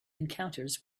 encounters